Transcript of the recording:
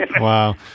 Wow